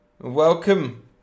Welcome